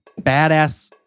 badass